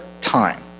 time